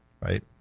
right